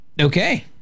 okay